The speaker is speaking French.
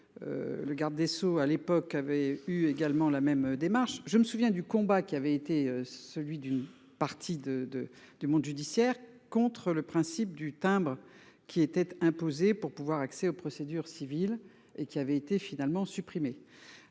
Le garde des Sceaux à l'époque avait eu également la même démarche. Je me souviens du combat qui avait été celui d'une partie de de du monde judiciaire contre le principe du timbre qui était imposé pour pouvoir accès aux procédures civiles et qui avait été finalement supprimé.